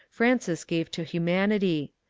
francis gave to humanity.